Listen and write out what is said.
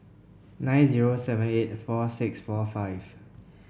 nine zero seven eight four six four five